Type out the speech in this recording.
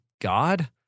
God